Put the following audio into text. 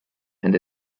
and